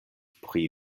pri